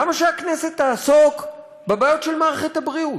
למה שהכנסת תעסוק בבעיות של מערכת הבריאות?